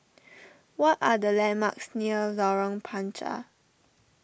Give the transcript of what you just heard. what are the landmarks near Lorong Panchar